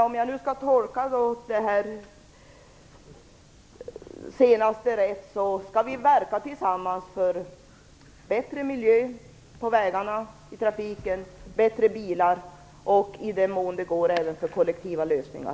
Tolkar jag den senaste repliken rätt om jag tolkar den så att vi tillsammans skall verka för bättre miljö på vägarna och i trafiken i övrigt, för bättre bilar och i den mån det går för kollektiva lösningar.